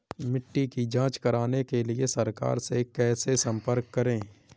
मिट्टी की जांच कराने के लिए सरकार से कैसे संपर्क करें?